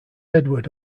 edward